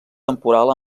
temporal